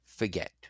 Forget